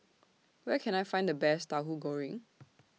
Where Can I Find The Best Tauhu Goreng